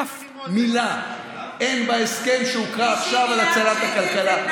אף מילה אין בהסכם שהוקרא עכשיו על הצלת הכלכלה.